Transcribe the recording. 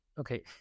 Okay